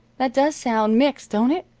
that does sound mixed, don't it?